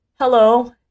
hello